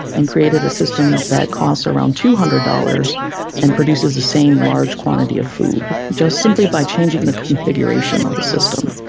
and created a system that costs around two hundred dollars and produces the same large quantity of food, just simply by changing the configurations of the system.